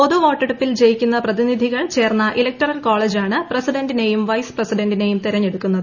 പൊതുവോട്ടെടുപ്പിൽ ജയിക്കുന്ന പ്രതിനിധികൾ ചേർന്ന ഇലക്ടറൽ കോളജാണ് പ്രസിഡൻറിനെയും വൈസ് പ്രസിഡൻറിനെയും തെരള്ഞ്ഞട്ടുക്കുന്നത്